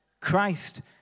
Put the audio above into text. Christ